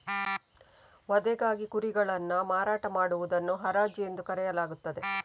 ವಧೆಗಾಗಿ ಕುರಿಗಳನ್ನು ಮಾರಾಟ ಮಾಡುವುದನ್ನು ಹರಾಜು ಎಂದು ಕರೆಯಲಾಗುತ್ತದೆ